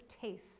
taste